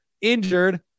injured